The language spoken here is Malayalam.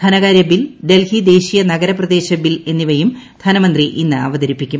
ധനകാര്യ ബിൽ ഡൽഹി ദേശീയ നഗരപ്രദേശ ബിൽ എന്നിവയും ധനമന്ത്രി ഇന്ന് അവതരിപ്പിക്കും